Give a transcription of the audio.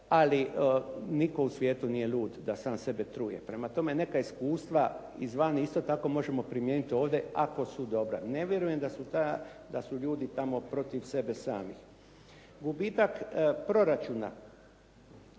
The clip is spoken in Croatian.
ali nitko u svijetu nije lud da sam sebe truje. Prema tome, neka iskustva izvana isto tako možemo primijeniti ovdje ako su dobra. Ne vjerujem da su ljudi tamo protiv sebe sami. Gubitak proračuna.